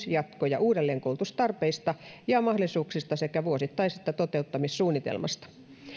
jatko ja uudelleenkoulutustarpeista ja mahdollisuuksista sekä vuosittaisesta toteuttamissuunnitelmasta